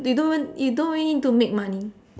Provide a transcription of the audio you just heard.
they don't even you don't really need to make money